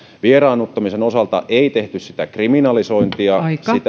vieraannuttamisen osalta ei tehty kriminalisointia